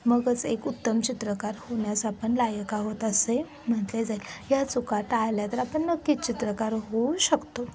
मगच एक उत्तम चित्रकार होण्यास आपण लायक आहोत असे म्हटले जाईल या चुका टाळल्या तर आपण नक्कीच चित्रकार होऊ शकतो